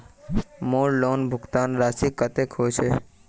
मोर लोन भुगतान राशि कतेक होचए?